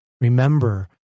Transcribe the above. Remember